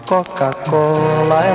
Coca-Cola